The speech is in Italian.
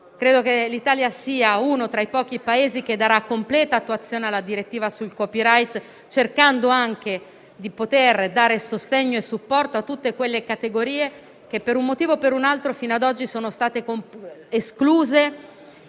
Credo che l'Italia sia uno tra i pochi Paesi che darà completa attuazione alla direttiva sul *copyright*, cercando anche di dare sostegno e supporto a tutte quelle categorie che, per un motivo o per un altro, fino ad oggi sono state escluse